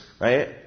right